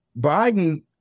Biden